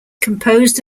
composed